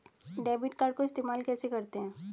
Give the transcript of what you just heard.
Debit card को इस्तेमाल कैसे करते हैं?